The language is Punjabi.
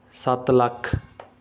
ਸੱਤ ਲੱਖ